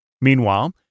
Meanwhile